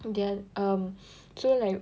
then um so like